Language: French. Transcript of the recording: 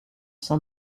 sein